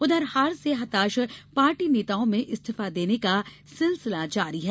उधर हार से हताश पार्टी नेताओं में इस्तीफा देने का सिलसिला जारी है